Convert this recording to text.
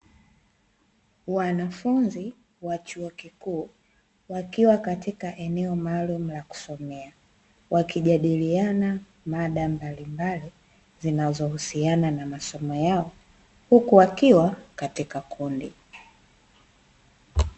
Wanafunzi wa chuo kikuu wakiwa katika eneo maalumu la kusomea, wakijadiliana mada mbalimbali zinazohusiana na masomo yao huku wakiwa katika kundi.